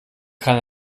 kann